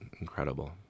incredible